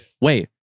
Wait